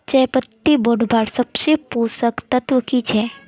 चयपत्ति बढ़वार सबसे पोषक तत्व की छे?